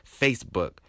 Facebook